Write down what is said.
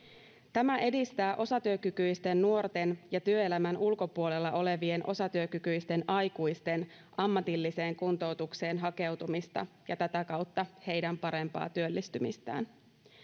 tämä edistää osatyökykyisten nuorten ja työelämän ulkopuolella olevien osatyökykyisten aikuisten ammatilliseen kuntoutukseen hakeutumista ja tätä kautta heidän parempaa työllistymistään